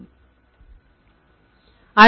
என்ன செய்யலாம்